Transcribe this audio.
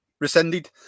rescinded